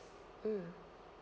mm